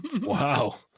Wow